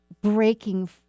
breaking